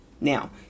Now